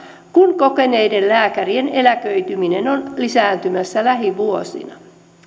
kun kokeneiden lääkärien eläköityminen on lisääntymässä lähivuosina